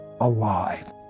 alive